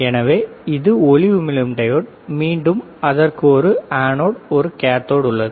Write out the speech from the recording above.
எனவே இது ஒளி உமிழும் டையோடு மீண்டும் அதற்கு ஒரு அனோட் மற்றும் கேத்தோடு உள்ளது